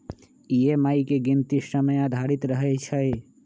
EMI के गीनती समय आधारित रहै छइ